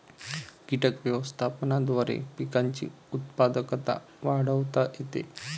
कीटक व्यवस्थापनाद्वारे पिकांची उत्पादकता वाढवता येते